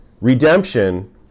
redemption